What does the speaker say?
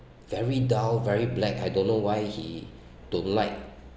very down very black I don't know why he don't like